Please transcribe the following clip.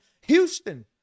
Houston